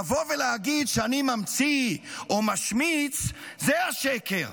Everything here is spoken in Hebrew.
לבוא ולהגיד שאני ממציא או משמיץ, זה השקר,